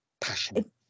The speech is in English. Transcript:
Passion